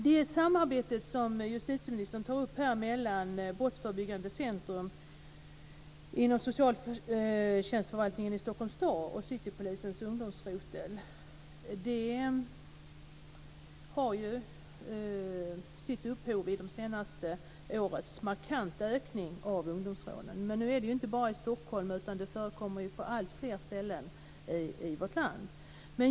Det samarbete som justitieministern tar upp mellan det brottsförebyggande centrum som finns inom socialtjänstförvaltningen i Stockholms stad och citypolisens ungdomsrotel har sitt upphov i det senaste årets markanta ökning av ungdomsrån. Men det är inte bara i Stockholm, utan det förekommer på alltfler ställen i vårt land.